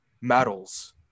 medals